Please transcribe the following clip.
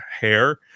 hair